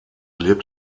lebt